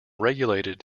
regulated